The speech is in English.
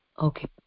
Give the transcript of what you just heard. Okay